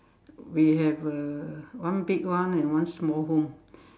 we have a one big one and one small home